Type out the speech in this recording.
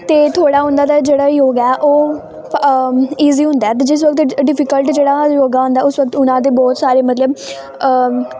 ਅਤੇ ਥੋੜ੍ਹਾ ਉਹਨਾਂ ਦਾ ਜਿਹੜਾ ਯੋਗਾ ਉਹ ਈਜ਼ੀ ਹੁੰਦਾ ਦੂਜੇ ਸੋਰ 'ਤੇ ਡਿ ਡਿਫੀਕਲਟ ਜਿਹੜਾ ਯੋਗਾ ਹੁੰਦਾ ਉਸ ਉਹਨਾਂ ਦੇ ਬਹੁਤ ਸਾਰੇ ਮਤਲਬ